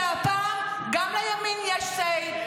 והפעם גם לימין יש say,